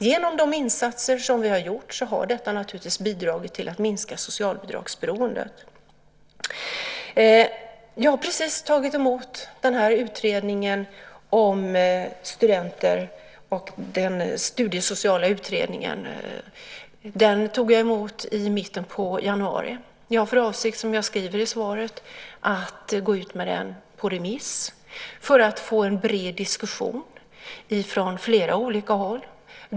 Genom de insatser som vi har gjort har detta bidragit till att minska socialbidragsberoendet. Jag har precis tagit emot den studiesociala utredningen om studenternas situation. Den tog jag emot i mitten på januari. Jag har för avsikt, som jag skriver i svaret, att gå ut med den på remiss för att få en bred diskussion från flera olika håll.